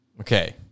Okay